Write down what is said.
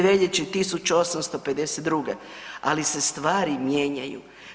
Veljače 1852., ali se stvari mijenjaju.